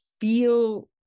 feel